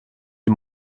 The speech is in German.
die